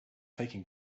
taking